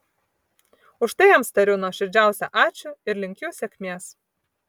už tai jiems tariu nuoširdžiausią ačiū ir linkiu sėkmės